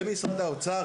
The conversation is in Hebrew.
וגם משרד האוצר,